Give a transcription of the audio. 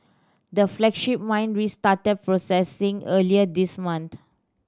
the flagship mine restarted processing earlier this month